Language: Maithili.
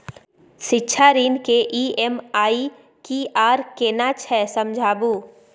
शिक्षा ऋण के ई.एम.आई की आर केना छै समझाबू?